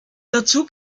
dazu